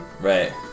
Right